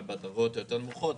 אבל בדרגות היותר נמוכות.